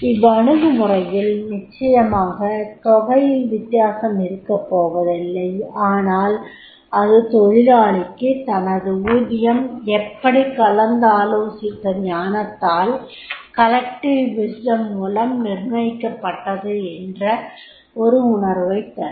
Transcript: இவ்வணுகுமுறையில் நிச்சயமாக தொகையில் வித்தியாசம் இருக்கபோவதில்லை ஆனால் அது தொழிலாளிக்கு தனது ஊதியம் எப்படி கலந்தாலோசித்த ஞானத்தால் நிர்ணயம் செய்யப்பட்டது என்ற ஒரு உணர்வைத் தரும்